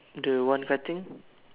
the one cutting